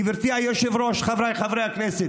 גברתי היושבת-ראש, חבריי חברי הכנסת,